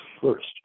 first